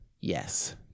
Yes